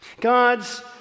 God's